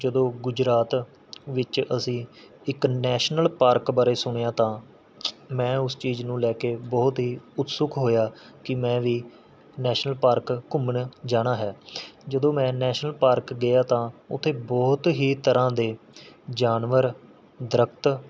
ਜਦੋਂ ਗੁਜਰਾਤ ਵਿੱਚ ਅਸੀਂ ਇੱਕ ਨੈਸ਼ਨਲ ਪਾਰਕ ਬਾਰੇ ਸੁਣਿਆ ਤਾਂ ਮੈਂ ਉਸ ਚੀਜ਼ ਨੂੰ ਲੈ ਕੇ ਬਹੁਤ ਹੀ ਉਤਸੁਕ ਹੋਇਆ ਕਿ ਮੈਂ ਵੀ ਨੈਸ਼ਨਲ ਪਾਰਕ ਘੁੰਮਣ ਜਾਣਾ ਹੈ ਜਦੋਂ ਮੈਂ ਨੈਸ਼ਨਲ ਪਾਰਕ ਗਿਆ ਤਾਂ ਉੱਥੇ ਬਹੁਤ ਹੀ ਤਰ੍ਹਾਂ ਦੇ ਜਾਨਵਰ ਦਰੱਖ਼ਤ